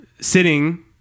sitting